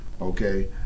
Okay